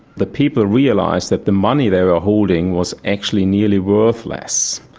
the people realised that the money they were holding was actually nearly worthless.